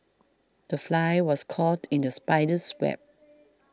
the fly was caught in the spider's web